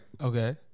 Okay